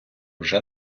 вже